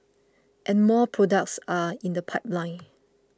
and more products are in the pipeline